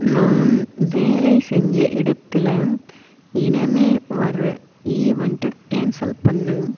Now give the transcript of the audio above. நான் வேலை செஞ்ச இடத்தில் இனிமே வர ஈவன்ட்டை கேன்சல் பண்ணு